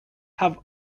have